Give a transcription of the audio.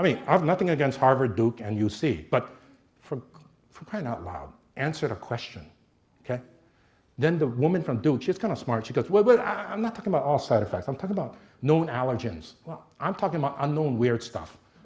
i mean i have nothing against harvard duke and you see but for for crying out loud answer the question ok then the woman from duke just kind of smart she goes we're going i'm not talking about all side effects i'm talking about known allergens well i'm talking about unknown weird stuff